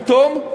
פתאום,